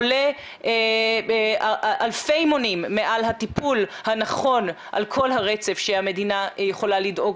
עולה באלפי מונים מעל הטיפול הנכון על כל הרצף שהמדינה יכולה לדאוג